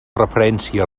referència